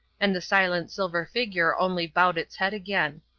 and the silent silver figure only bowed its head again.